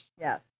Yes